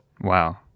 Wow